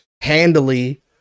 handily